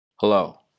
Hello